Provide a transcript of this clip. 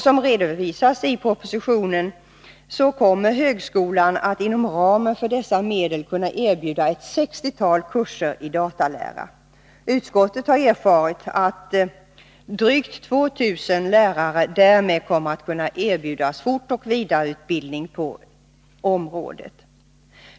Som redovisas i propositionen, kommer högskolan att inom ramen för dessa medel kunna erbjuda ett 60-tal kurser i datalära. Utskottet har erfarit att drygt 2 000 lärare därmed kommer att kunna erbjudas fortoch vidareutbildning på området.